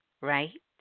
right